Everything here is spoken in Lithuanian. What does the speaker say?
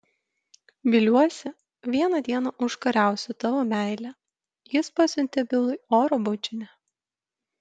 viliuosi vieną dieną užkariausiu tavo meilę jis pasiuntė bilui oro bučinį